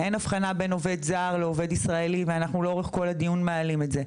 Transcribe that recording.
אין הבחנה בין עובד זר לעובד ישראלי ואנחנו לאורך כל הדין מעלים את זה.